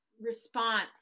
response